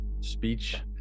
speech